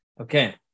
Okay